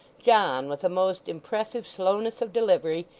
john, with a most impressive slowness of delivery,